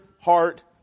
heart